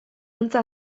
antza